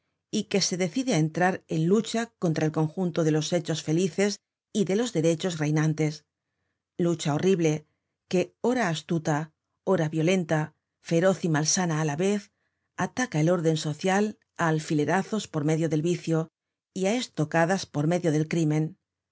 y que se decide á entrar en lucha contra el conjunto de los hechos felices y de los derechos reinantes lucha horrible que ora astuta ora violenta feroz y malsana á la vez ataca el orden social á alfilerazos por medio del vicio y á estocadas por medio del crí